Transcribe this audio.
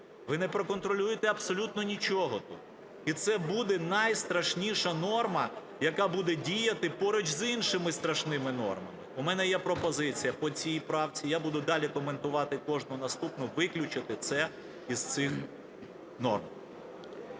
Ви не проконтролюєте абсолютно нічого, і це буде найстрашніша норма, яка буде діяти поруч з іншими страшними нормами. У мене є пропозиція по цій правці, я буду далі коментувати кожну наступну, виключити це із цих норм.